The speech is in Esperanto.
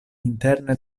interne